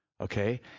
Okay